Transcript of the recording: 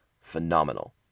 phenomenal